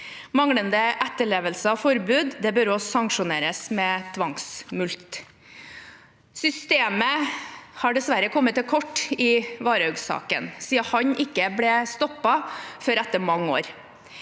Manglende etterlevelse av forbud bør også sanksjoneres med tvangsmulkt. Systemet har dessverre kommet til kort i Varhaugsaken, siden han ikke ble stoppet før etter mange år.